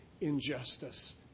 injustice